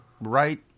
Right